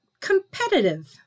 competitive